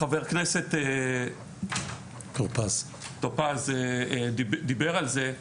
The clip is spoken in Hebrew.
חבר הכנסת טור פז דיבר על זה,